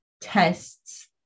tests